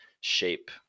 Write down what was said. shape